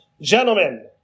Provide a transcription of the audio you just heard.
gentlemen